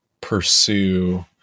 pursue